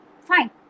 fine